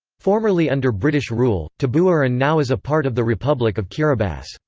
formerly under british rule, tabuaeran now is a part of the republic of kiribati.